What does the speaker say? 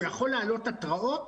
הוא יכול להעלות התראות,